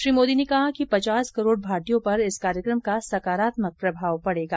श्री मोदी ने कहा कि पचास करोड भारतीयों पर इस कार्यक्रम का सकारात्मक प्रभाव पडेगा